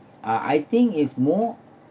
uh I think it's more